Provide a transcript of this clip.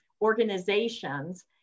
organizations